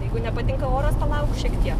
jeigu nepatinka oras palauk šiek tiek